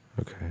Okay